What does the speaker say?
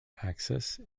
axis